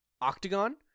octagon